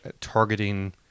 targeting